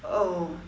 oh